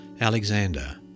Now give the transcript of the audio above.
Alexander